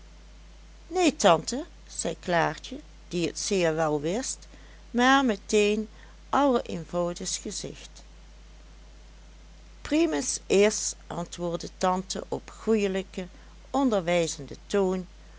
neen tante zei klaartje die het zeer wel wist maar met een allereenvoudigst gezicht primus is antwoordde tante op goelijken onderwijzenden toon